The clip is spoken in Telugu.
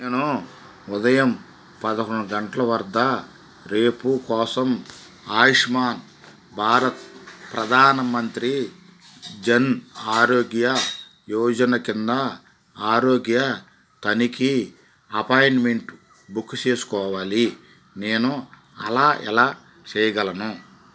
నేను ఉదయం పదకొండు గంటల వద్ద రేపు కోసం ఆయుష్మాన్ భారత్ ప్రధాన మంత్రి జన్ ఆరోగ్య యోజన కింద ఆరోగ్య తనిఖీ అపాయింట్మెంట్ బుక్కు చేసుకోవాలి నేను అలా ఎలా చేయగలను